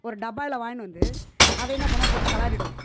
ஒரு டப்பாவில் வாங்கினு வந்து அதை என்ன பண்ணுவான் போட்டு கிளரிடுவான்